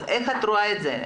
אז איך את רואה את זה?